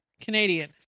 canadian